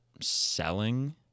selling